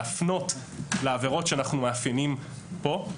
להפנות לעבירות שאנחנו מאפיינים פה,